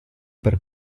per